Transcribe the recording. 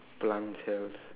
plant cells